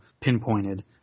pinpointed